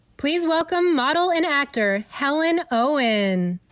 please welcome model and actor helen owen.